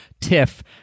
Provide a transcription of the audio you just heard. Tiff